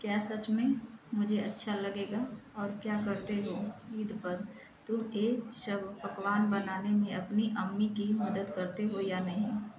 क्या सच में मुझे अच्छा लगेगा और क्या करते हो ईद पर तुम ये सब पकवान बनाने में अपनी अम्मी की मदद करते हो या नहीं